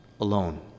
alone